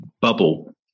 bubble